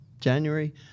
January